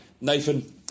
Nathan